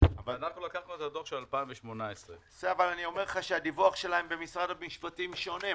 אנחנו לקחנו את הדוח של 2018. הדיווח שלהם במשרד המשפטים שונה.